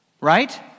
Right